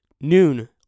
noon